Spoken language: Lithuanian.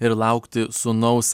ir laukti sūnaus